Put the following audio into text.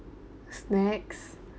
snacks